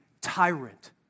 tyrant